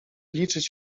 liczyć